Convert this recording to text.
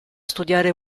studiare